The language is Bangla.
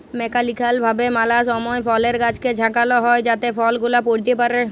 মেকালিক্যাল ভাবে ম্যালা সময় ফলের গাছকে ঝাঁকাল হই যাতে ফল গুলা পইড়তে পারে